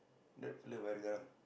that fellow very garang